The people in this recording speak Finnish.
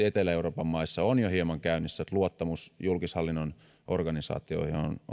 etelä euroopan maissa on jo hieman käynnissä että luottamus julkishallinnon organisaatioihin